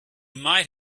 might